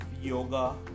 yoga